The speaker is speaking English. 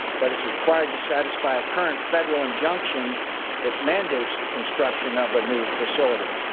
but is required to satisfy a current federal injunction that mandates the construction of a new facility.